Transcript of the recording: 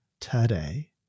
today